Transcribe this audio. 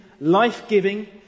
life-giving